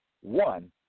one